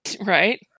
right